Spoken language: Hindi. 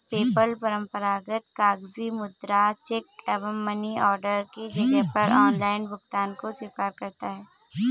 पेपल परंपरागत कागजी मुद्रा, चेक एवं मनी ऑर्डर के जगह पर ऑनलाइन भुगतान को स्वीकार करता है